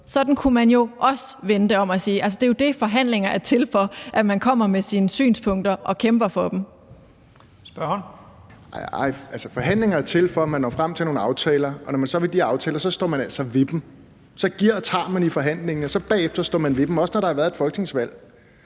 Sådan kunne man jo også vende det om. Det er jo det, forhandlinger er til for, altså at man kommer med sine synspunkter og kæmper for dem. Kl. 14:56 Første næstformand (Leif Lahn Jensen): Spørgeren. Kl. 14:56 Pelle Dragsted (EL): Nej, forhandlinger er til for, at man når frem til nogle aftaler, og når man så har de aftaler, står man altså ved dem. Så giver og tager man i forhandlingen, og bagefter står man ved dem, også når der har været et folketingsvalg.